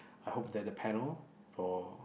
I hope that the panel for